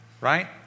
right